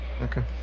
Okay